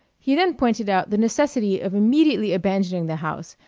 he then pointed out the necessity of immediately abandoning the house,